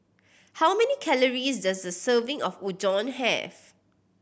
how many calories does a serving of Udon have